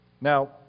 Now